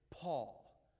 paul